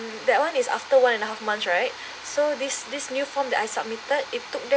that [one] is after one and a half months right so this this new form that I submitted it took them